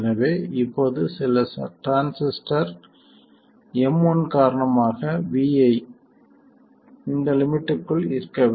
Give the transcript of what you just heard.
எனவே இப்போது சில டிரான்சிஸ்டர் M1 காரணமாக vi இந்த லிமிட்களுக்குள் இருக்க வேண்டும்